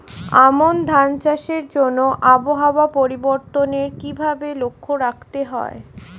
আমন ধান চাষের জন্য আবহাওয়া পরিবর্তনের কিভাবে লক্ষ্য রাখতে হয়?